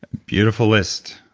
beautiful list.